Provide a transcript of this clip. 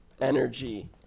energy